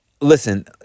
listen